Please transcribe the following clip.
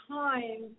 time